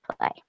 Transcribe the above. play